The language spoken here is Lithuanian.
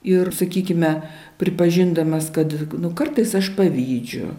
ir sakykime pripažindamas kad nu kartais aš pavydžiu